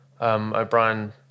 O'Brien